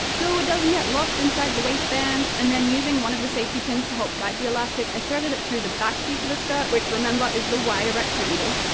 so it doesn't get lost inside the waistband, and then using one of the safety pins to help guide the elastic, i threaded it through the back piece of the skirt, which, remember, is the wider rectangle.